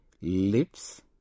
lips